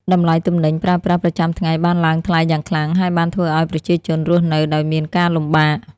តម្លៃទំនិញប្រើប្រាស់ប្រចាំថ្ងៃបានឡើងថ្លៃយ៉ាងខ្លាំង ហើយបានធ្វើឲ្យប្រជាជនរស់នៅដោយមានការលំបាក។